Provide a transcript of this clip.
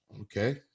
okay